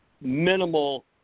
minimal